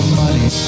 money